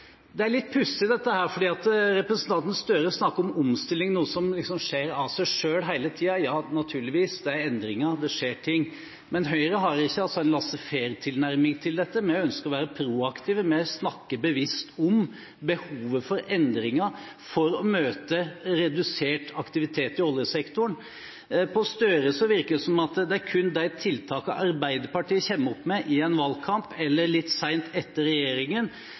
Det er litt pussig, dette her, for representanten Gahr Støre snakker om omstilling som noe som skjer av seg selv hele tiden. Ja, naturligvis, det er endringer – det skjer ting. Men Høyre har ikke en laissez faire-tilnærming til dette. Vi ønsker å være proaktive. Vi snakker bevisst om behovet for endringer for å møte redusert aktivitet i oljesektoren. På Gahr Støre virker det som om det kun er de tiltakene Arbeiderpartiet kommer opp med i en valgkamp, eller litt sent etter regjeringen,